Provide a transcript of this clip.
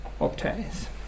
obtains